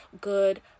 good